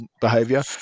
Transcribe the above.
behavior